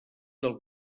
del